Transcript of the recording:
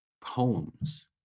poems